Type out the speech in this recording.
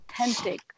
authentic